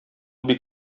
бик